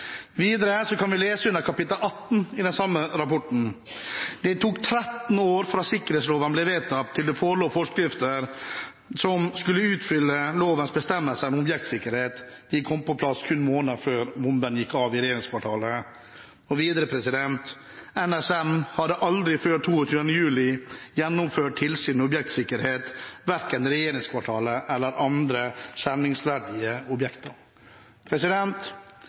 den samme rapporten at det tok 13 år fra sikkerhetsloven ble vedtatt, til det forelå forskrifter som skulle utfylle lovens bestemmelser om objektsikkerhet, de kom på plass kun måneder før bomben gikk av i regjeringskvartalet, og videre at NSM aldri før 22. juli hadde «gjennomført rene tilsyn med objektsikkerhet i regjeringskvartalet eller ved andre skjermingsverdige objekter».